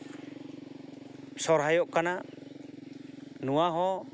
ᱥᱚᱨᱦᱟᱭᱚᱜ ᱠᱟᱱᱟ ᱱᱚᱣᱟ ᱦᱚᱸ